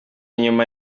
inyuma